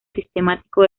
sistemático